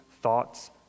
thoughts